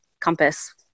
compass